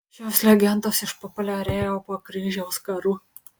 šios legendos išpopuliarėjo po kryžiaus karų